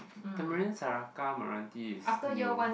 Tamarind Seraka Merenti is new